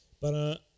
Para